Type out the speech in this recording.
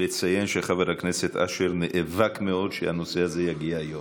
ונציין שחבר הכנסת אשר נאבק מאוד שהנושא הזה יגיע היום,